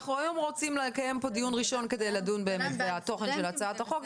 אנחנו רוצים לקיים היום דיון ראשון כדי לדון בתוכן של הצעת החוק.